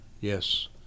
yes